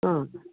हा